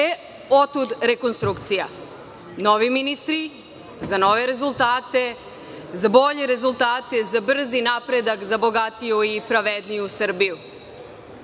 mladost. Otud rekonstrukcija. Novi ministri, za nove rezultate, za bolje rezultate, za brzi napredak, za bogatiju i pravedniju Srbiju.